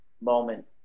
moment